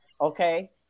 Okay